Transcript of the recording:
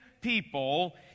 people